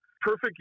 Perfect